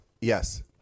Yes